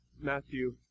Matthew